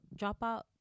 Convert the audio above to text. dropout